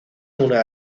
una